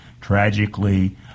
Tragically